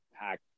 pack